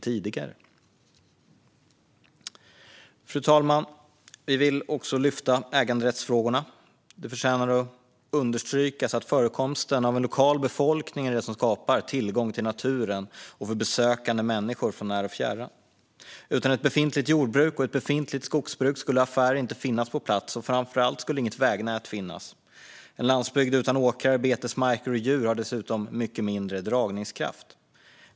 Fru talman! Vi vill också lyfta äganderättsfrågorna. Det förtjänar att understrykas att förekomsten av en lokal befolkning är det som skapar tillgång till naturen för besökande människor från när och fjärran. Utan ett befintligt jordbruk och ett befintligt skogsbruk skulle affärer inte finnas på plats. Framför allt skulle inget vägnät finnas. En landsbygd utan åkrar, betesmarker och djur har dessutom mycket mindre dragningskraft.